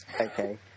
Okay